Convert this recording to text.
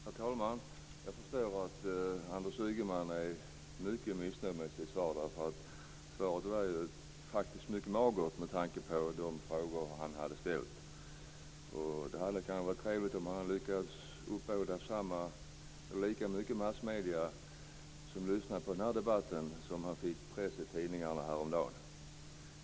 Herr talman! Jag förstår att Anders Ygeman är mycket missnöjd med sitt svar. Svaret var faktiskt mycket magert med tanke på de frågor han hade ställt. Det hade kanske varit trevligt om han hade lyckats uppbåda lika många från massmedierna som lyssnat på den här debatten som han fick utrymme i tidningarna häromdagen.